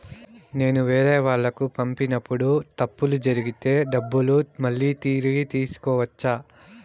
నేను వేరేవాళ్లకు పంపినప్పుడు తప్పులు జరిగితే డబ్బులు మళ్ళీ తిరిగి తీసుకోవచ్చా?